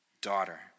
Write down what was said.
Daughter